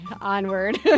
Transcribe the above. Onward